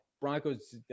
Broncos